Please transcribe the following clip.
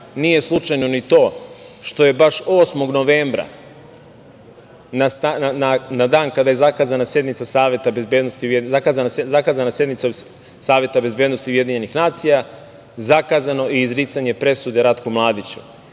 nije slučajno ni to, što je baš 8. novembra, na dan kada je zakazana sednica Saveta bezbednosti UN, zakazano i izricanje presude Ratku Mladiću,